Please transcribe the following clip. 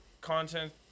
content